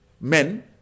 men